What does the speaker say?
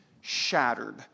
shattered